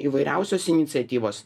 įvairiausios iniciatyvos